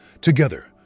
Together